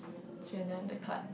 cause we are done with the card